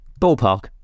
Ballpark